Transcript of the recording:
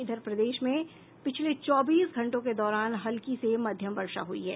इधर प्रदेश में पिछले चौबीस घंटों के दौरान हल्की से मध्यम वर्षा हुई है